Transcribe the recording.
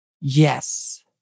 yes